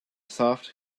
soft